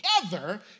together